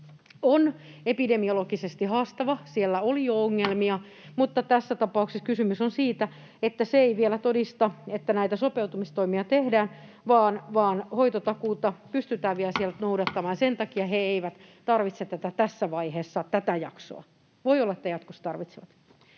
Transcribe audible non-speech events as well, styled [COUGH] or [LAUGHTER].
on epidemiologisesti haastava. Siellä oli jo ongelmia, [NOISE] mutta tässä tapauksessa kysymys on siitä, että se ei vielä todista, että näitä sopeutumistoimia tehdään vaan hoitotakuuta pystytään vielä siellä noudattamaan. [NOISE] Sen takia he eivät tarvitse tässä vaiheessa tätä jaksoa — voi olla, että jatkossa tarvitsevat.